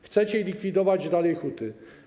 Chcecie likwidować dalej huty.